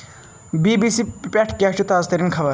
B B C پٮ۪ٹھ کیٛاہ چھِ تازٕ تریٖن خبر؟